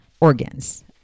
organs